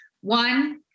one